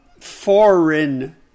foreign